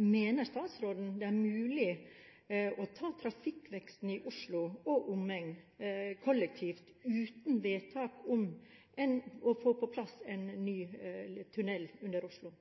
Mener statsråden det er mulig å ta trafikkveksten i Oslo og omegn kollektivt uten vedtak om å få på plass en ny tunnel under Oslo?